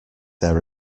their